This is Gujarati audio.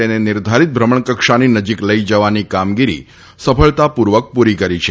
તેની નિર્ધારીત ભ્રમણકક્ષાની નજીક લઇ જવાની કામગીરી સફળતાપૂર્વક પૂરી કરી છે